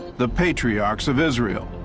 the patriarchs of israel.